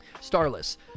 Starless